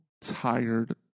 tired